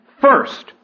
first